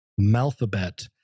Malphabet